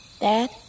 Dad